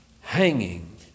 hanging